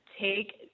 take